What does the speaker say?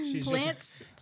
Plants